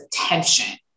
attention